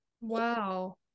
Wow